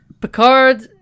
Picard